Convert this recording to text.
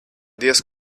diez